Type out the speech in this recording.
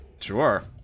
Sure